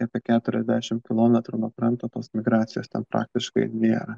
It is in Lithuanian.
apie keturiasdešim kilometrų nuo kranto tos migracijos ten praktiškai nėra